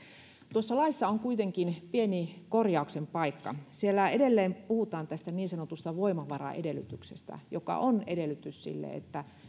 tuossa laissa on kuitenkin pieni korjauksen paikka siellä edelleen puhutaan tästä niin sanotusta voimavaraedellytyksestä joka on edellytys sille että